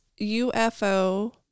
UFO